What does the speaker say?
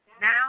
Now